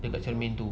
dekat cermin tu